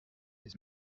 his